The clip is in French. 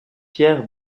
pierre